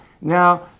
now